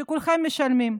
שכולכם משלמים.